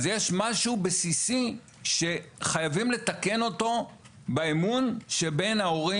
אז יש משהו בסיסי שחייבים לתקן אותו באמון שבין ההורים